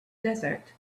desert